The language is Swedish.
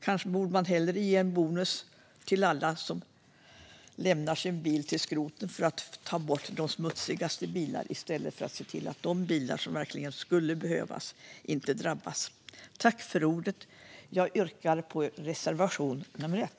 Kanske borde man hellre ge bonus till alla som lämnar sin bil till skroten för att ta bort de smutsigaste bilarna i stället för att se till att de bilar som verkligen skulle behövas drabbas. Jag yrkar bifall till reservation nummer 1.